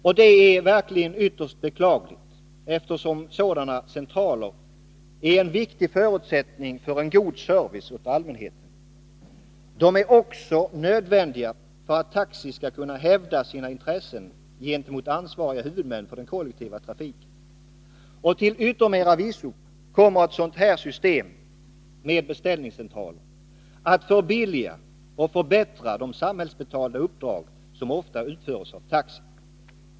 Och det är ytterst beklagligt, eftersom sådana centraler är en viktig förutsättning för en god service åt allmänheten. De är också nödvändiga för att taxi skall kunna hävda sina intressen gentemot ansvariga huvudmän för den kollektiva trafiken. Till yttermera visso kommer ett system med beställningscentral att förbilliga och förbättra de samhällsbetalda uppdrag som ofta utförs av taxi.